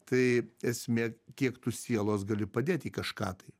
tai esmė kiek tu sielos gali padėt į kažką tai